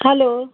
hello